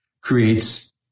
creates